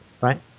right